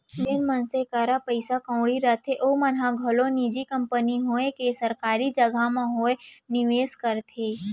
जेन मनसे करा पइसा कउड़ी रथे ओमन ह घलौ निजी कंपनी होवय के सरकारी जघा म होवय निवेस करथे